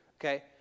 Okay